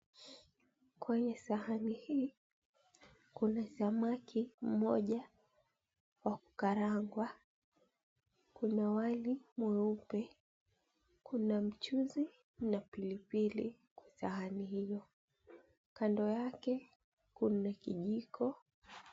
Kwenye sahani hii kuna samaki mmoja wa kukarangwa, kuna wali mweupe, kuna mchuzi na pilipili kwa sahani hiyo. Kando yake kuna kijiko.